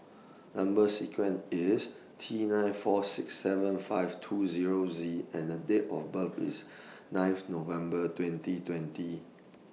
Number sequence IS T nine four six seven five two Zero Z and Date of birth IS ninth November twenty twenty